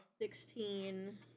sixteen